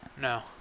No